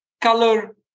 color